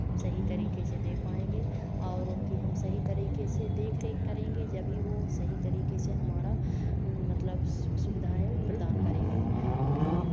सही तरीके से दे पाएंगे और उनकी हम सही तरीके से देख रेख करेंगे जभी वो सही तरीके से हमारा मतलब सुख सुविधाएं प्रदान करेंगी